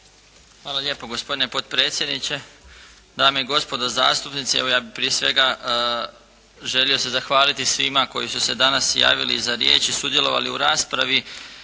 Hvala lijepo gospodine potpredsjedniče. Dame i gospodo zastupnici, evo ja bih prije svega želio se zahvaliti svima koji su se danas javili za riječ i sudjelovali u raspravi.